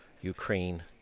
Ukraine